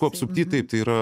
apsupty taip tai yra